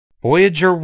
Voyager